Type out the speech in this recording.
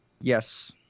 Yes